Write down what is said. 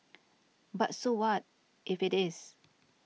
but so what if it is